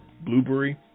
Blueberry